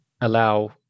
allow